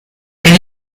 ken